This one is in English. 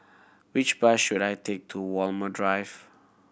which bus should I take to Walmer Drive